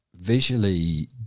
visually